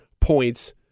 points